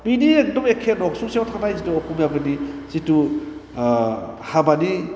बिदि एखदम एखे नसुंसेयाव थानाय जिथु अस'मियाफोरनि जिथु हाबानि